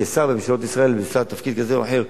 כשר בממשלות ישראל שמבצע תפקיד כזה או אחר,